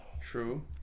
true